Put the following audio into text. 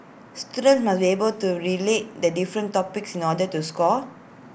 students must able to relate the different topics in order to score